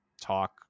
talk